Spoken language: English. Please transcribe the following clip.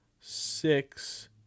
six